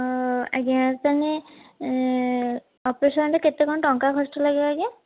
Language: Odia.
ଅ ଆଜ୍ଞା ତାନେ ଅପରେସନ୍ ରେ କେତେ କ'ଣ ଟଙ୍କା ଖର୍ଚ୍ଚ ଲାଗିବ ଆଜ୍ଞା